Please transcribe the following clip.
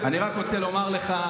אני רק רוצה לומר לך,